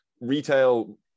retail